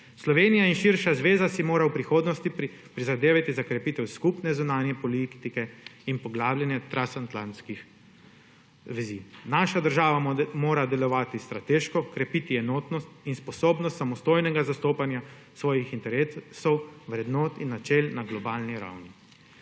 Slovenija in širša zveza si mora v prihodnosti prizadevati za krepitev skupne zunanje politike in poglabljanje transatlantskih vezi. Naša država mora delovati strateško, krepiti enotnost in sposobnost samostojnega zastopanja svojih interesov, vrednot in načel na globalni ravni.